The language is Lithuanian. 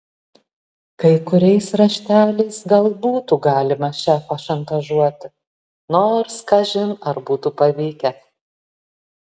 kai kuriais rašteliais gal būtų galima šefą šantažuoti nors kažin ar būtų pavykę